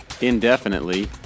indefinitely